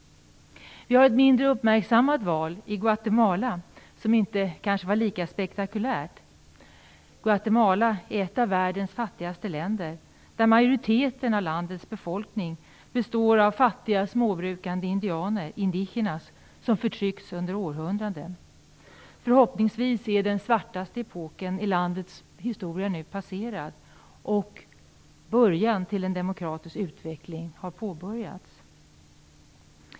Vi har ett mindre uppmärksammat val i Guatemala, som kanske inte var lika spektakulärt. Guatemala är ett av världens fattigaste länder. Majoriteten av landets befolkning består av fattiga småbrukande indianer, indigenas, som förtryckts under århundraden. Förhoppningsvis är den svartaste epoken i landets historia nu passerad, och en demokratisk utveckling har påbörjats.